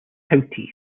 county